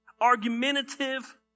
argumentative